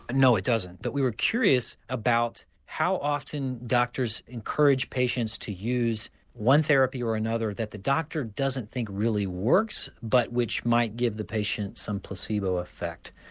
and no it doesn't but we were curious about how often doctors encourage patients to use one therapy or another that the doctor doesn't think really works but which might give the patient some placebo effect.